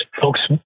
folks